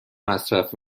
مصرف